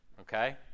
okay